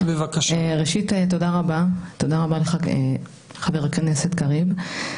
ראשית, תודה רבה לך, חה"כ קריב.